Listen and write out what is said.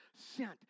sent